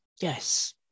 Yes